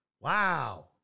Wow